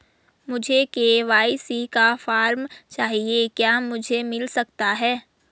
मुझे के.वाई.सी का फॉर्म चाहिए क्या मुझे मिल सकता है?